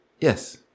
Yes